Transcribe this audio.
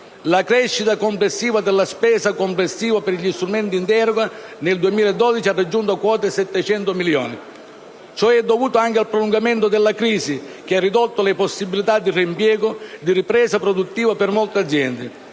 La crescita della spesa complessiva per strumenti in deroga nel 2012 ha raggiunto quota 700 milioni. Ciò è dovuto anche al prolungamento della crisi, che ha ridotto le possibilità di reimpiego e di ripresa produttiva per molte aziende;